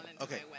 Okay